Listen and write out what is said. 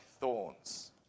thorns